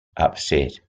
upset